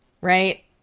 right